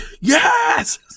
Yes